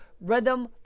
Rhythm